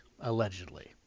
Allegedly